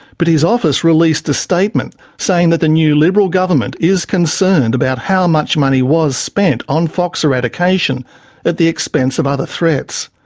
but his office released a statement saying that the new liberal government is concerned about how much money was spent on fox eradication at the expense of other threats.